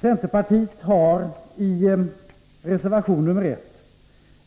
Centerpartiet har i reservation nr 1